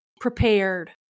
prepared